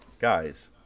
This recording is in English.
Guys